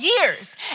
years